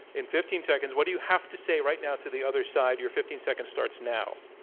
in fifteen seconds, what do you have to say right now to the other side? your fifteen seconds starts now.